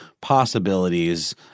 possibilities –